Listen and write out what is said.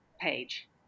page